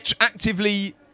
actively